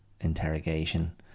interrogation